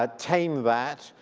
ah tame that,